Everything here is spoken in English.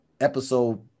Episode